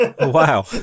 Wow